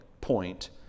point